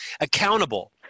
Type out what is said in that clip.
accountable